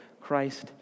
Christ